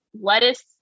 lettuce